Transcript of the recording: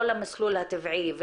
לא למסלול הטבעי,